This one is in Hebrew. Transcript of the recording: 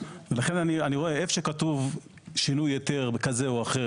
במקום שכתוב "שינוי היתר" כזה או אחר,